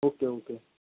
okay okay